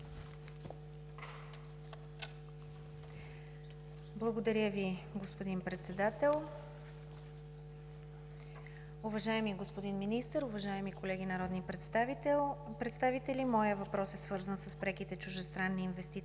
Благодаря Ви, господин Председател. Уважаеми господин Министър, уважаеми колеги народни представители! Моят въпрос е свързан с преките чуждестранни инвестиции